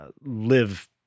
live